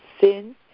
sin